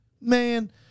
Man